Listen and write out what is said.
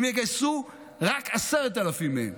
אם יגייסו רק 10,000 מהם